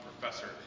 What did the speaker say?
professor